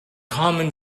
common